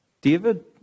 David